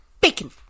Bacon